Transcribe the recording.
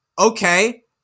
okay